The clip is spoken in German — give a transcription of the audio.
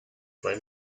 mein